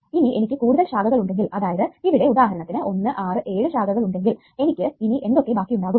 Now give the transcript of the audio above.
ഇനി എനിക്ക് കൂടുതൽ ശാഖകൾ ഉണ്ടെങ്കിൽ അതായത് ഇവിടെ ഉദാഹരണത്തിന് 1 6 7 ശാഖകൾ ഉണ്ടെങ്കിൽ എനിക്ക് ഇനി എന്തൊക്കെ ബാക്കിയുണ്ടാകും